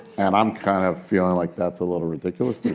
and i'm kind of feeling like that's a little ridiculous.